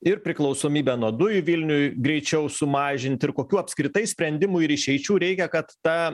ir priklausomybę nuo dujų vilniuj greičiau sumažint ir kokių apskritai sprendimų ir išeičių reikia kad ta